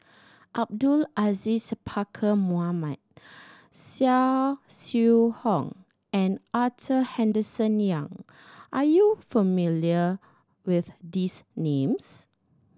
Abdul Aziz Pakkeer Mohamed Swee Hock and Arthur Henderson Young are you familiar with these names